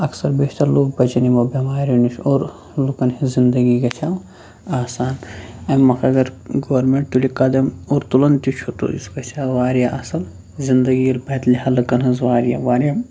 اکثر بیشتر لُکھ بَچَن یِمو بٮ۪ماریو نِش اور لُکَن ہِنٛز زِندگی گَژھِ ہا آسان اَمہِ مۄکھ اگر گورمٮ۪نٛٹ تُلہِ قدم اور تُلان تہِ چھُ تہٕ یہِ سُہ گَژھِ ہا واریاہ اَصٕل زِندگی ییٚلہِ بَدلہِ ہا لُکَن ہٕنٛز واریاہ واریاہ